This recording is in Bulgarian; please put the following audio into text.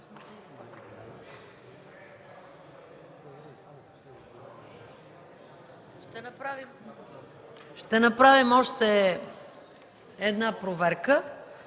Ще направим още една проверка,